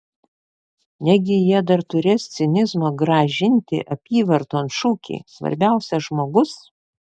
negi jie dar turės cinizmo grąžinti apyvarton šūkį svarbiausia žmogus